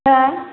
हो